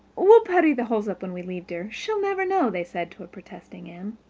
we'll putty the holes up when we leave, dear she'll never know, they said to protesting anne.